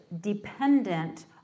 dependent